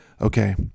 Okay